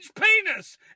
penis